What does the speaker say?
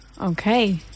Okay